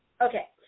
Okay